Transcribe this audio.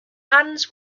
hands